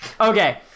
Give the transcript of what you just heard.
Okay